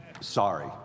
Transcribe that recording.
Sorry